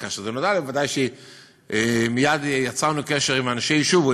וכאשר זה נודע לי בוודאי שמייד יצרנו קשר עם אנשי "שובו",